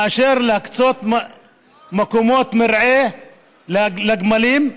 מלהקצות מקומות מרעה לגמלים.